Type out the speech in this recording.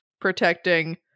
protecting